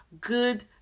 good